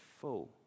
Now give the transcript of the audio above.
full